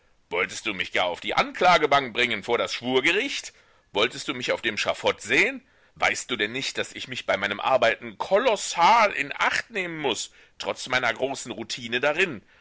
wolltest du mich gar auf die anklagebank bringen vor das schwurgericht wolltest du mich auf dem schafott sehen weißt du denn nicht daß ich mich bei meinen arbeiten kolossal in acht nehmen muß trotz meiner großen routine darin